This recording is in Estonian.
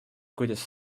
kuidas